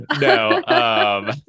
No